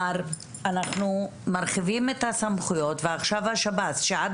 אנחנו מרחיבים את הסמכויות ועכשיו השב"ס שעד